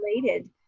related